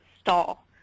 stall